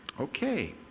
okay